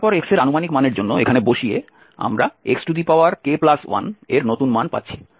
এবং তারপর x এর আনুমানিক মানের জন্য এখানে বসিয়ে আমরা xk1এর নতুন মান পাচ্ছি